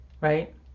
Right